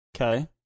Okay